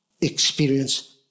experience